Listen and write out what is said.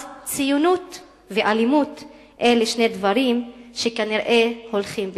אז ציונות ואלימות אלה שני דברים שכנראה הולכים ביחד.